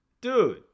Dude